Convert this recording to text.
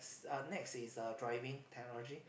uh next is uh driving technology